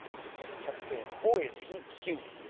we just kept saying boy is he cute.